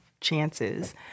chances